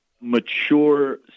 mature